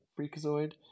freakazoid